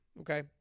Okay